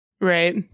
Right